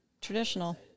traditional